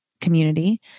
community